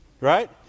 Right